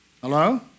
Hello